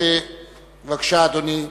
בבקשה, אדוני.